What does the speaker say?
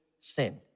sin